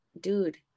dude